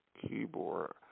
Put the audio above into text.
keyboard